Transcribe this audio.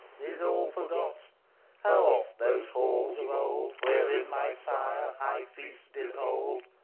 is all forgot? how oft those halls of old, wherein my sire high feast did hold,